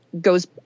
goes